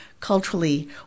culturally